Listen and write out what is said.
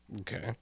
Okay